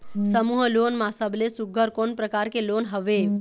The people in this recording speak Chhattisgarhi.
समूह लोन मा सबले सुघ्घर कोन प्रकार के लोन हवेए?